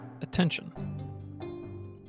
attention